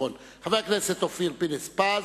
חבר הכנסת אופיר פינס-פז,